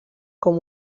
com